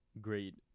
great